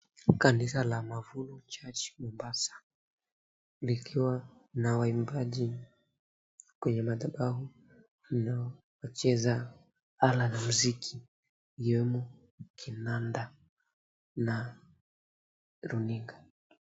Kanisa la Mavuno Church Mombasa likiwa na waimbaji, kwenye madhabau kuna wacheza ala ya muziki ikiwemo kinanda na runinga.